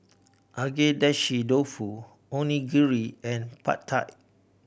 Agedashi Dofu Onigiri and Pad Thai